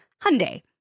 Hyundai